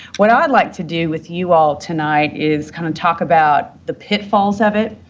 what i'd like to do with you all tonight is kind of talk about the pitfalls of it.